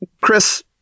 Chris